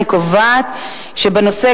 אני קובעת שהנושא,